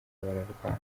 bararwana